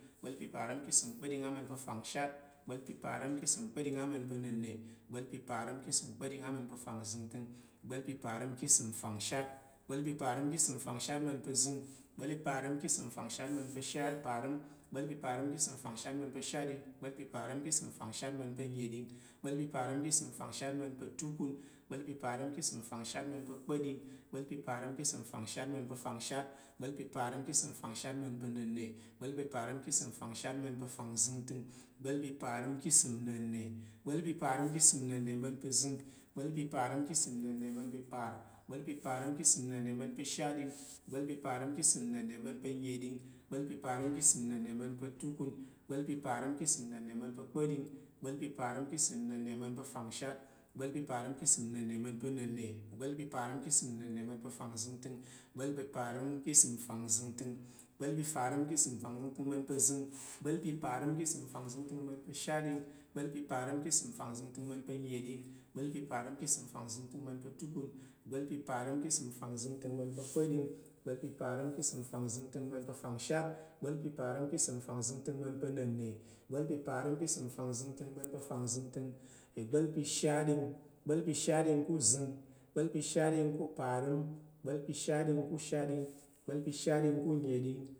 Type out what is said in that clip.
Ìgbá̱l ka̱ ìsəm kpa̱ɗing ama̱n pa̱ afangshat. ìgbá̱l ka̱ ìsəm kpa̱ɗing ama̱n pa̱ anənna̱. ìgbá̱l ka̱ ìsəm kpa̱ɗing afangzəngtəng. ìgbá̱l ka̱ ìsəm fangshat. ìgbá̱l ka̱ ìsəm fangshat ama̱n pa̱ azəng. ìgbá̱l ka̱ ìsəm fangshat ama̱n pa̱ apar. ìgbá̱l ka̱ ìsəm fangshat ama̱n pa̱ ashatɗing. ìgbá̱l ka̱ ìsəm fangshat ama̱n pa̱ anəɗing. ìgbá̱l ka̱ ìsəm fangshat ama̱n pa̱ atukun. ìgba̱l pa̱ parəm ka̱ ìsəm fangshatama̱n pa̱ akpa̱ɗing. ìgba̱l pa̱ parəm ka̱ ìsəm fangshat ama̱n pa̱ afangshat. ìgba̱l pa̱ parəm ka̱ ìsəm fangshat ama̱n pa̱ anənna̱. ìgba̱l pa̱ parəm ka̱ ìsəm fangshat ama̱n pa̱ afangzəngtəng. ìgba̱l pa̱ parəm ka̱ ìsəm nənna̱. ìgba̱l pa̱ parəm ka̱ ìsəm nənna̱ ama̱n pa̱ azəng. ìgba̱l pa̱ parəm ka̱ ìsəm nənna̱ ama̱n pa̱ashatɗing. ìgba̱l pa̱ parəm ka̱ ìsəm nənna̱ ama̱n pa̱ anəɗing. ìgba̱l pa̱ parəm ka̱ ìsəm nənna̱ ama̱n pa̱ atukun. ìgba̱l pa̱ parəm ka̱ ìsəm nənna̱ ama̱n pa̱ akpa̱ɗing. ìgba̱k pa̱ parəm ka̱ ìsəm nənna̱ ama̱n pa̱ afangshat. ìgba̱l pa̱ parəm ka̱ ìsəm nənna̱ ama̱n pa̱ na̱ŋna̱. ìgba̱l pa̱ parəm ka̱ isəm nənna̱ ama̱n pa̱ fangzəntəng. ìgba̱l pa̱ parəm ka̱ isəm fangzəntəng. ìgba̱l pa̱ parəm ka̱ ìsəm fangzəntəng ama̱n pa̱ azəng. ìgba̱l pa̱ parəm ka̱ ìsəm fangzəntəng ama̱n pa̱ ashat. ìgba̱l pa̱ parəm ka̱ ìsəm fangzəntəng ama̱n pa̱ anəɗing. ìgba̱l pa̱ parəm ka̱ ìsəm fangzəntəng ama̱n pa̱ atukun. ìgba̱l pa̱ parəm ka̱ ìsəm fangzəntəng ama̱n pa̱ akpa̱ɗing. ìgba̱l pa̱ parəm ka̱ ìsəm fangzəntəng ama̱n pa̱ afangshat. ìgba̱l pa̱ parəm ka̱ ìsəm fangzəntəng ama̱n pa̱ anənna̱. ìgba̱l pa̱ parəm ka̱ ìsəm fangzəntəng ama̱n pa̱ afangzəngtəng. ìgba̱l pa̱ ìshatɗing